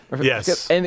yes